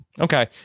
Okay